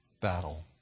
battle